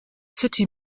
city